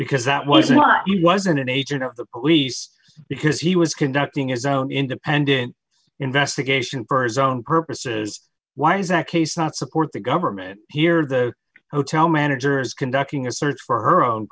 because that was why it wasn't an agent of the police because he was conducting his own independent investigation for his own purposes why is that case not support the government here the hotel managers conducting a search for her own